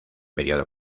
periodo